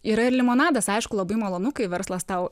yra ir limonadas aišku labai malonu kai verslas tau